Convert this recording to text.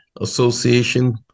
Association